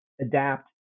adapt